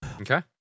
Okay